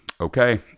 Okay